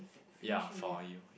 ya for you